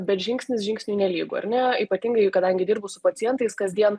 bet žingsnis žingsniui nelygu ar ne ypatingai kadangi dirbu su pacientais kasdien